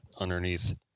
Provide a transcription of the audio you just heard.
underneath